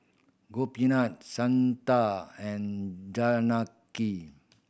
Gopinath Santha and